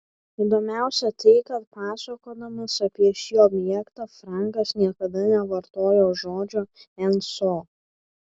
įdomiausia tai kad pasakodamas apie šį objektą frankas niekada nevartojo žodžio nso